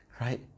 right